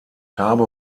habe